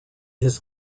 his